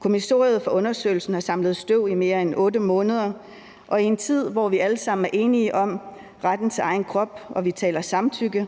Kommissoriet for undersøgelsen har samlet støv i mere end 8 måneder, og i en tid, hvor vi alle sammen er enige om retten til egen krop og vi taler om samtykke,